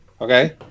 okay